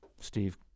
Steve